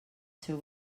seu